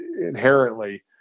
inherently